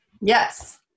Yes